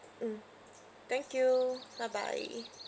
mm thank you bye bye